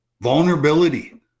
vulnerability